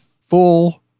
full